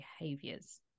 behaviors